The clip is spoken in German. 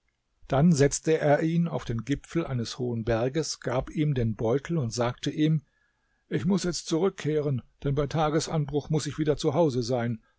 dann setzte er ihn auf den gipfel eines hohen berges gab ihm den beutel und sagte ihm ich muß jetzt zurückkehren denn bei tagesanbruch muß ich wieder zu hause sein